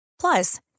Plus